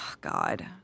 God